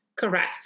Correct